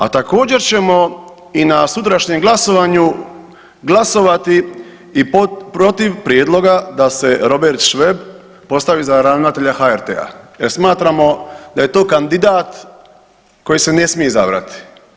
A također ćemo i na sutrašnjem glasovanju glasovati i protiv prijedloga da se Robert Šveb postavi za ravnatelja HRT-a jer smatramo da je to kandidat koji se ne smije izabrati.